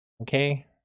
okay